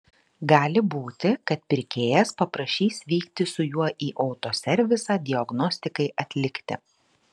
gali būti kad pirkėjas paprašys vykti su juo į autoservisą diagnostikai atlikti